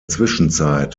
zwischenzeit